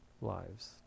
lives